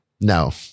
No